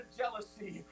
jealousy